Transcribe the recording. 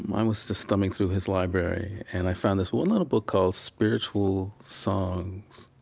um i was just thumbing through his library and i found this one little book called spiritual songs.